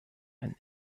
and